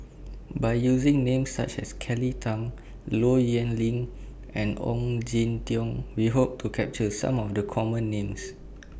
By using Names such as Kelly Tang Low Yen Ling and Ong Jin Teong We Hope to capture Some of The Common Names